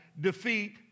defeat